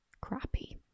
crappy